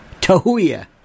Tahuya